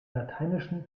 lateinischen